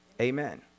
Amen